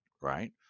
right